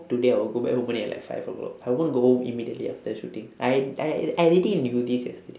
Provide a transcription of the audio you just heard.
today I will go back home only like five o'clock I won't go home immediately after the shooting I I I already knew this yesterday